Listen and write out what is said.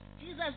Jesus